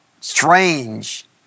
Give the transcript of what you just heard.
Strange